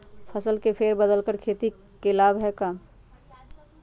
फसल के फेर बदल कर खेती के लाभ है का?